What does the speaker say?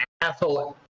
asshole